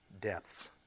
depths